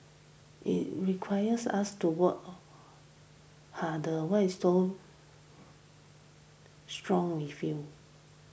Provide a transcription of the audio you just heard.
it requires us to work harder strong interview